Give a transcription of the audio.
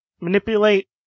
manipulate